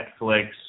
Netflix